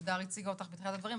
אלדר הציגה אותך בתחילת הדברים,